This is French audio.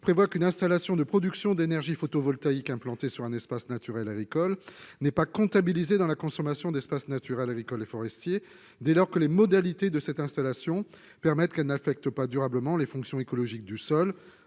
prévoit qu'une installation de production d'énergie photovoltaïque implantée sur un espace naturel et agricole « n'est pas comptabilisée dans la consommation d'espaces naturels, agricoles et forestiers dès lors que les modalités de cette installation permettent qu'elle n'affecte pas durablement les fonctions écologiques du sol,